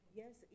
yes